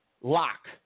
Lock